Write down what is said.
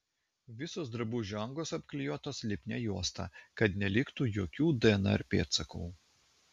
visos drabužių angos apklijuotos lipnia juosta kad neliktų jokių dnr pėdsakų